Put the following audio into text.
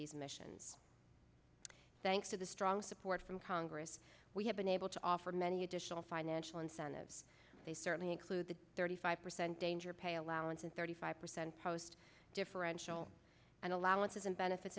these missions thanks to the strong support from congress we have been able to offer many additional financial incentives they certainly include the thirty five percent danger pay allowance and thirty five percent post differential and allowances and benefits